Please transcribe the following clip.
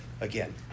Again